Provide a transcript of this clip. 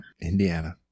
Indiana